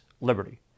liberty